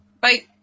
Bye